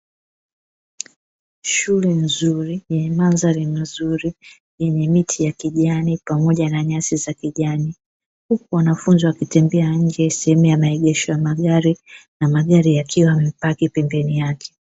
Shule nzuri yenye mandhari mazuri, yenye miti ya kijani pamoja na nyasi za kijani. Huku wanafunzi wakitembea nje sehemu ya maegesho ya magari, na magari yakiwa yamepaki pembeni yake.